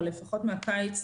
או לפחות מהקיץ,